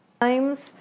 times